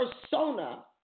persona